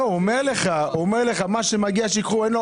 הוא אומר לך שמה שמגיע, שייקחו.